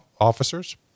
officers